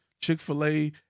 Chick-fil-A